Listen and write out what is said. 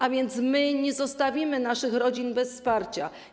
A więc nie zostawimy naszych rodzin bez wsparcia.